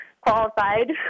qualified